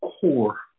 core